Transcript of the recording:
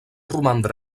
romandre